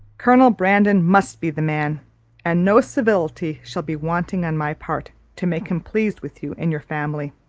colonel brandon must be the man and no civility shall be wanting on my part to make him pleased with you and your family.